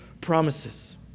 promises